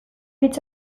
hitz